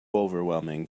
overwhelming